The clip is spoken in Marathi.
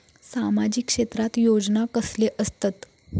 सामाजिक क्षेत्रात योजना कसले असतत?